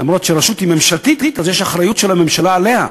כי רשות היא ממשלתית ואז יש אחריות של הממשלה עליה,